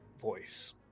voice